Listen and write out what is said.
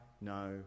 no